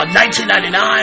1999